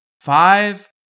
Five